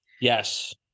Yes